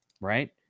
right